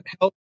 help